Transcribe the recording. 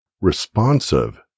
responsive